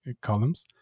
columns